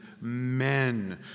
men